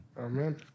Amen